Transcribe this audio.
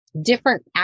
different